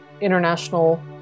international